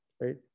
right